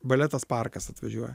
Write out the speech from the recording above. baletas parkas atvažiuoja